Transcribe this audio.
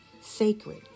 sacred